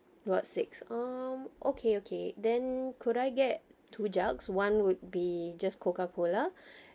about six mm okay okay then could I get two jugs one would be just coca cola